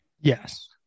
Yes